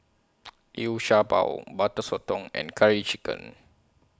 Liu Sha Bao Butter Sotong and Curry Chicken